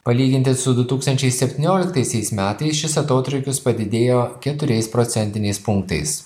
palyginti su du tūkstančiai septynioliktaisiais metais šis atotrūkis padidėjo keturiais procentiniais punktais